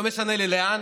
אני אומר לך,